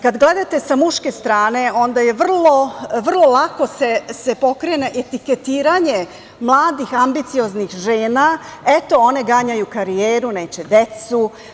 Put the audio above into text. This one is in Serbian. Kada gledate sa muške strane, onda se vrlo lako pokrene etiketiranje mladih ambicioznih žena – eto one ganjaju karijeru, neće decu.